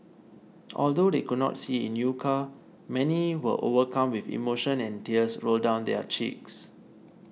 although they could not see Inuka many were overcome with emotion and tears rolled down their cheeks